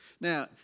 Now